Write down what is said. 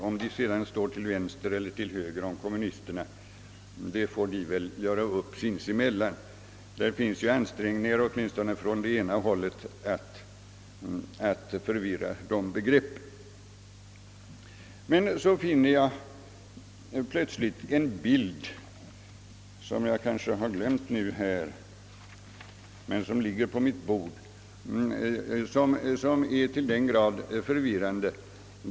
Huruvida socialdemokraterna står till vänster eller till höger om kommunisterna får de göra upp sinsemellan — det görs ju ansträngningar åtminstone från ena hållet att förvirra begreppen därvidlag. Men så finner jag plötsligt i en tidning en bild av de tre borgerliga partiernas ledare. Jag har glömt att ta med den hit till talarstolen, men den ligger på mitt bord här i kammaren.